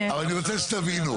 אני רוצה שתבינו.